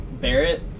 Barrett